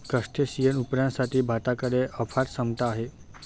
crustacean उत्पादनासाठी भारताकडे अफाट क्षमता आहे